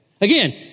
Again